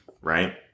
right